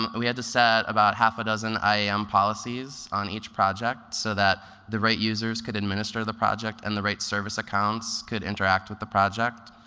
um we had to set about half a dozen iam um policies on each project so that the right users could administer the project and the right service accounts could interact with the project.